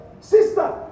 Sister